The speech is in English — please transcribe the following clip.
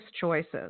choices